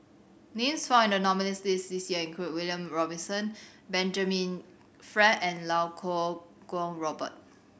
names found in the nominees' list this year include William Robinson Benjamin Frank and Lau Kuo Kwong Robert